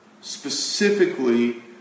specifically